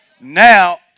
now